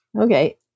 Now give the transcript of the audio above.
Okay